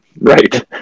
right